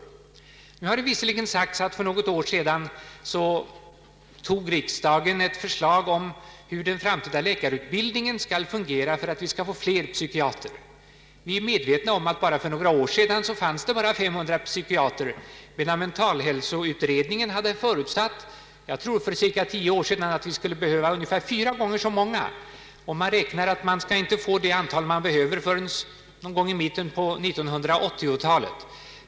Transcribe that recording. Visserligen har det sagts att riksdagen för något år sedan antog ett förslag om hur den framtida läkarutbildningen skall fungera för att vi skall få fler pysikatrer. Vi är medvetna om att det för några år sedan bara fanns 500 psykiatrer, mentalhälsoutredningen hade förutsatt — jag tror att det var för cirka tio år sedan — att vi skulle behöva ungefär fyra gånger så många, och man räknar med att man inte skall få det antal man behöver förrän i mitten på 1980-talet.